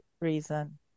reason